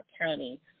County